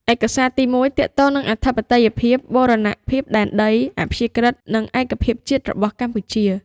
ឯកសារទីមួយទាក់ទងនឹងអធិបតេយ្យភាព បូរណភាពដែនដី អព្យាក្រឹត្យ និងឯកភាពជាតិរបស់កម្ពុជា។